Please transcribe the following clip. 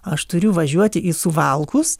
aš turiu važiuoti į suvalkus